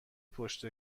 پشت